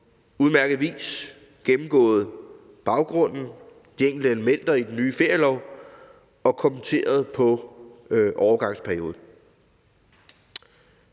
udmærket vis gennemgået baggrunden og de enkelte elementer i den nye ferielov og kommenteret på overgangsperioden.